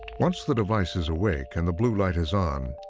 once the device is awake and the blue light is on,